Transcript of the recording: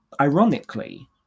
ironically